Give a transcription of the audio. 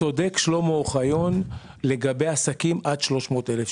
צודק שלמה אוחיון לגבי עסקים עד 300,000 שקל.